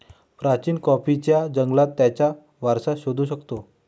प्राचीन कॉफीच्या जंगलात त्याचा वारसा शोधू शकतो